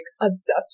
obsessed